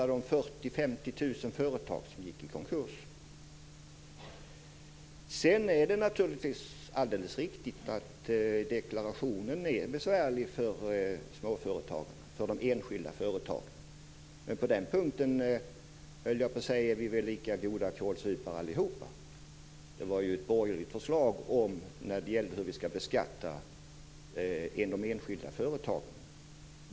Det var 40 000-50 000 företag som gick i konkurs. Det är naturligtvis alldeles riktigt att deklarationen är besvärlig för de enskilda företagen. Men på den punkten är vi väl lika god kålsupare allihop. Det var ett borgerligt förslag om hur vi skall beskatta de enskilda företagen.